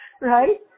Right